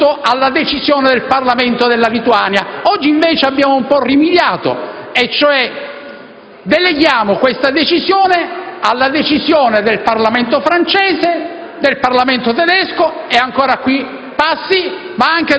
eletto - alla decisione del Parlamento della Lituania. Oggi invece abbiamo un po' rimediato: deleghiamo questa decisione alla decisione del Parlamento francese, tedesco (e ancora qui passi),